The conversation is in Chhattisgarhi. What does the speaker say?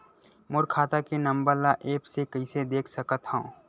मोर खाता के नंबर ल एप्प से कइसे देख सकत हव?